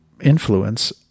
influence